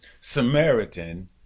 Samaritan